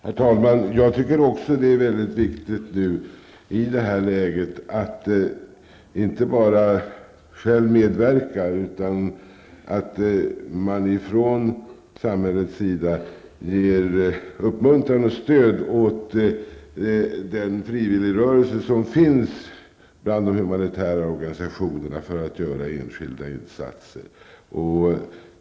Herr talman! Jag tycker också att det är viktigt i detta läge att inte bara medverka, utan att man från samhällets sida ger uppmuntran och stöd åt den frivilligrörelse som finns bland de humanitära organisationerna för att göra enskilda insatser.